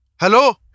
hello